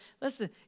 listen